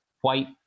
white